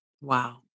Wow